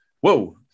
whoa